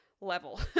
level